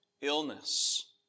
illness